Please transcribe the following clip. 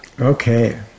Okay